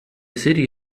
city